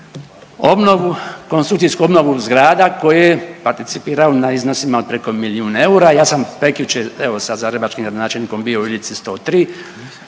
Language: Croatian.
obnovu, konstrukcijsku obnovu zgrada koje participiraju na iznosima od preko milijun eura. Ja sam prekjučer evo, sa zagrebačkim gradonačelnikom bio u Ilici 103